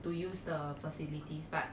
to use the facilities but